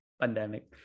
pandemic